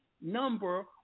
number